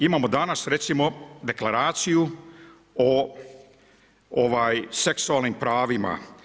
Imamo danas recimo Deklaraciju o seksualnim pravima.